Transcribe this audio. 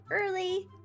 early